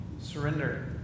Surrender